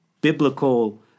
biblical